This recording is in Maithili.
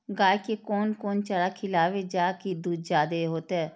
गाय के कोन कोन चारा खिलाबे जा की दूध जादे होते?